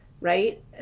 right